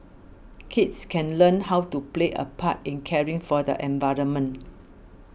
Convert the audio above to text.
kids can learn how to play a part in caring for the environment